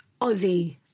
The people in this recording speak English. Aussie